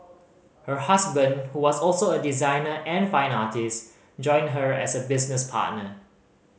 her husband who was also a designer and fine artist joined her as a business partner